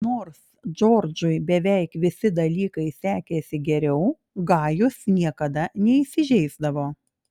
nors džordžui beveik visi dalykai sekėsi geriau gajus niekada neįsižeisdavo